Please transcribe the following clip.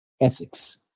ethics